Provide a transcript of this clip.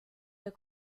der